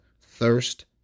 thirst